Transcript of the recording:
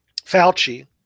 Fauci